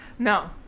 No